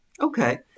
Okay